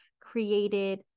created